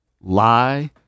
lie